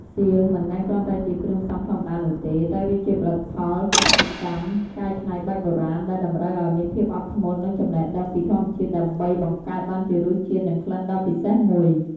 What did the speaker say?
សៀង មិនមែនគ្រាន់តែជាគ្រឿងផ្សំធម្មតានោះទេ តែវាជាផលិតផលសិប្បកម្មកែច្នៃបែបបុរាណ ដែលតម្រូវឱ្យមានភាពអត់ធ្មត់ និងចំណេះដឹងពីធម្មជាតិ ដើម្បីបង្កើតបានជារសជាតិ និងក្លិនដ៏ពិសេសមួយ។